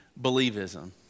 believism